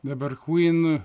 dabar queen